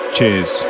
Cheers